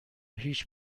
هیچ